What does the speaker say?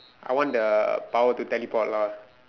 I want the power to teleport lah